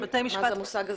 מה זה המושג הזה?